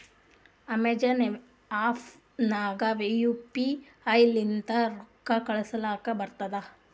Amazon app ನಾಗ್ನು U P I ಲಿಂತ ರೊಕ್ಕಾ ಕಳೂಸಲಕ್ ಬರ್ತುದ್